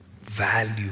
value